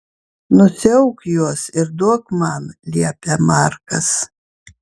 nusiauk juos ir duok man liepia markas